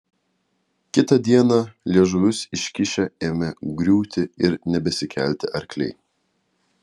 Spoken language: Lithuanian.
kitą dieną liežuvius iškišę ėmė griūti ir nebesikelti arkliai